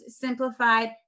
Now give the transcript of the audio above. Simplified